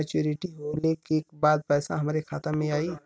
Maturity होले के बाद पैसा हमरे खाता में आई?